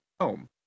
home